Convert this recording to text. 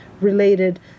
related